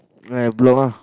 under my block ah